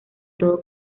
todo